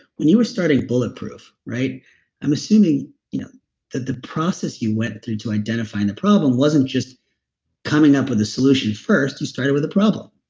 when you were starting bulletproof, i'm assuming you know that the process you went through to identify. and the problem wasn't just coming up with a solution first. you started with a problem,